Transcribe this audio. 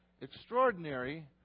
extraordinary